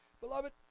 Beloved